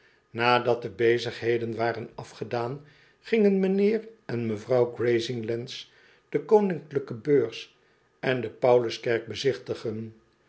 nadat de bezigheden waren afgedaan gingen mijnheer en mevrouw grazinglands de koninklijke beurs en de paulus kerk bezichtigen